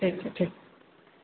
ठीक छै ठीक छै